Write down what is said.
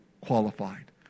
qualified